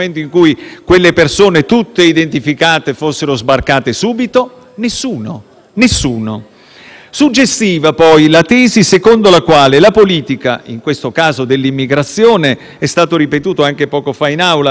Suggestiva è poi la tesi secondo la quale la politica, in questo caso dell'immigrazione, come è stato ripetuto anche poco fa in Aula, deve essere decisa dalla politica stessa, dal Parlamento, dai Ministri, dal Governo e non dai magistrati.